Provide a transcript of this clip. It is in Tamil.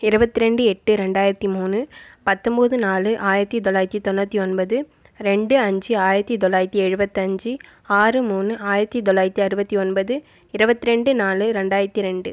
இருபத்தி இரண்டு எட்டு ரெண்டாயரத்தி முன்று பத்தொன்போது நாலு ஆயிரத்தி தொள்ளாயிரத்தி தொண்ணூற்றி ஒன்பது இரண்டு அஞ்சு ஆயிரத்தி தொள்ளாயிரத்தி எழுபது ஐந்து ஆறு மூன்று ஆயிரத்தி தொள்ளாயிரத்தி அறுபத்தி ஒன்பது இருபத்தி இரண்டு நாலு இரண்டாயரதி இரண்டு